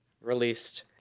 released